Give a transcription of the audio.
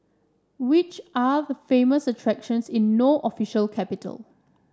which are the famous attractions in No official capital